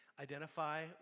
identify